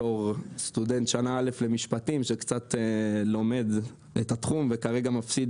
בתור סטודנט שנה א' למשפטים שקצת לומד את התחום וכרגע מפסיד